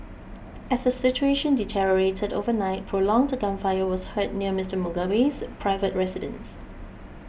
as the situation deteriorated overnight prolonged gunfire was heard near Mister Mugabe's private residence